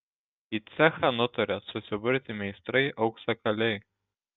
į cechą nutarė susiburti meistrai auksakaliai